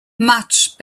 much